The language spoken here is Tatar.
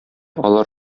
алар